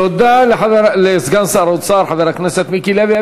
תודה לסגן שר האוצר חבר הכנסת מיקי לוי.